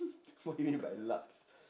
what do you mean by lucks